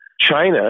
China